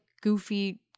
goofy